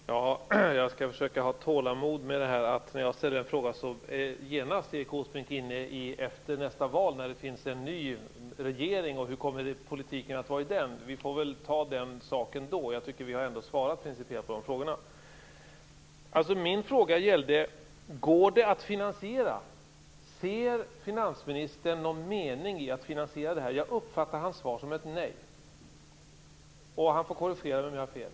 Herr talman! Jag skall försöka ha tålamod med att Erik Åsbrink när jag ställer en fråga genast är inne på tiden efter nästa val, när det finns en ny regering, och talar om hur politiken kommer att vara. Vi får ta den saken då. Jag tycker att vi har svarat principiellt på de frågorna. Min fråga gällde: Går det att finansiera? Ser finansministern någon mening i att finansiera detta? Jag uppfattade hans svar som ett nej. Han får korrigera mig om jag har fel.